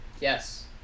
Yes